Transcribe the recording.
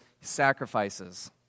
sacrifices